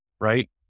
right